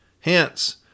Hence